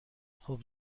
خوب